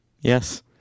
Yes